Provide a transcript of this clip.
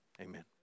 Amen